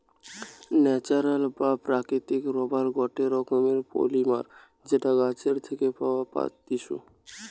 natural বা প্রাকৃতিক rubber গটে রকমের পলিমার যেটা গাছের থেকে পাওয়া পাত্তিছু